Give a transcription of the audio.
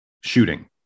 shooting